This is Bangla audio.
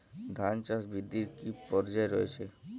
ধান চাষ বৃদ্ধির কী কী পর্যায় রয়েছে?